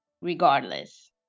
regardless